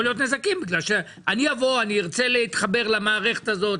יכולים להיות נזקים כי אני אבוא ואני ארצה להתחבר למערכת הזאת,